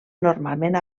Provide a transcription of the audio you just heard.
normalment